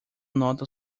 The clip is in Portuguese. nota